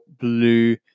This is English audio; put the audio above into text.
blue